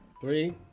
Three